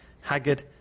haggard